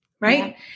right